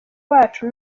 bacu